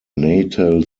natal